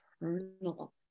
eternal